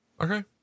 Okay